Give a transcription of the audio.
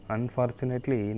Unfortunately